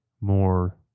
more